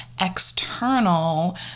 external